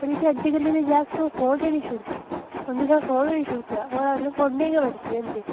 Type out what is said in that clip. होर जेह्के अज्जकल दे जागत ओह् फ़ोन गै नी छुड़दे उं'दे शा फ़ोन गै नी छुड़कदा ओह् फ़ोन च गै पलचे दे हुंदे